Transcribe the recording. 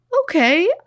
okay